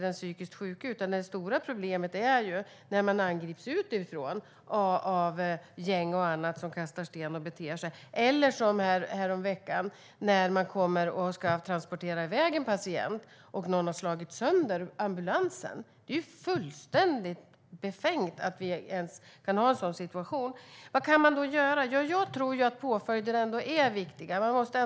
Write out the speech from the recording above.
Det stora problemet är dock när man angrips utifrån av gäng och andra som kastar sten och bär sig åt. Eller som häromveckan, att man kommer och ska transportera iväg en patient och finner att någon har slagit sönder ambulansen. Det är fullständigt befängt att vi ens kan ha en sådan situation! Vad kan man då göra? Jag tror att påföljder är viktiga.